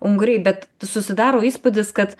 unguriai bet susidaro įspūdis kad